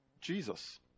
Jesus